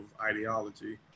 ideology